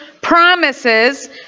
promises